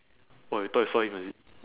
what you thought you saw him is it